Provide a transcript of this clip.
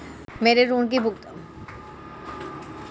मेरे ऋण की भुगतान तिथि क्या है?